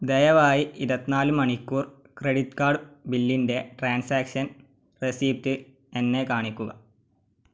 ദയവായി ഇരുപത്തി നാല് മണിക്കൂർ ക്രെഡിറ്റ് കാർഡ് ബില്ലിൻ്റെ ട്രാൻസാക്ഷൻ റെസിപ്റ്റ് എന്നെ കാണിക്കുക